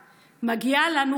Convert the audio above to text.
מגיע להם מענק.